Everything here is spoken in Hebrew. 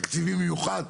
תקציבים מיוחד,